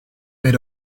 made